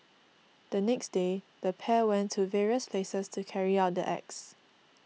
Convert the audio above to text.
the next day the pair went to various places to carry out the acts